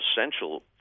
essential